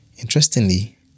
Interestingly